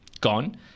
gone